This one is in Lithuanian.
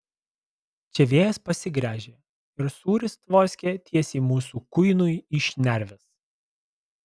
čia vėjas pasigręžė ir sūris tvoskė tiesiai mūsų kuinui į šnerves